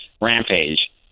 Rampage